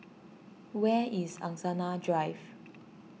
where is Angsana Drive